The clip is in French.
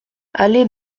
allée